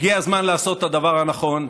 הגיע הזמן לעשות הדבר הנכון,